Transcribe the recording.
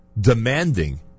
demanding